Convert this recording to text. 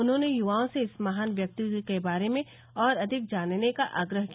उन्होंने युवाओं से इस महान व्यक्तित्व के बारे में और अधिक जानने का आग्रह किया